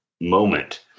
moment